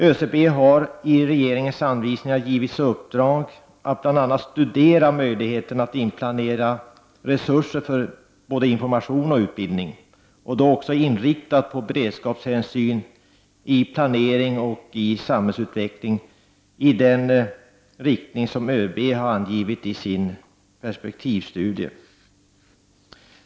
ÖCB har enligt regeringens anvisningar fått i uppdrag att bl.a. studera möjligheterna att inplanera resurser för både information och utbildning — detta inriktat på beredskapshänsyn i planering och samhällsutveckling i den riktning som ÖCB har angivit i sin perspektivstudie.